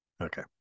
okay